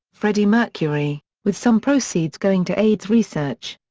freddie mercury, with some proceeds going to aids research.